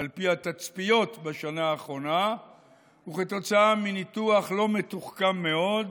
על פי התצפיות בשנה האחרונה וכתוצאה מניתוח לא מתוחכם מאוד,